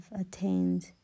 attained